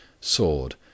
SWORD